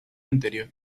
anterior